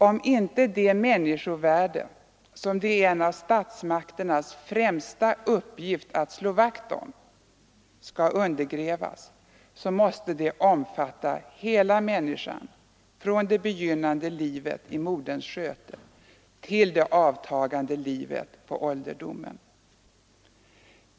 Om inte det människovärde som det är en av statsmakternas främsta uppgifter att slå vakt om skall undergrävas, måste det omfatta hela människan, från det begynnande livet i moderns sköte till det avtagande livet på ålderdomen.